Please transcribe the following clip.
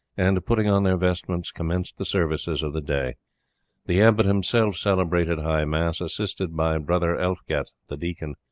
and, putting on their vestments, commenced the services of the day the abbot himself celebrated high mass, assisted by brother elfget the deacon,